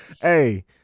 Hey